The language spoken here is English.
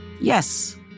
Yes